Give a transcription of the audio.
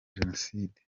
jenoside